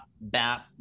bap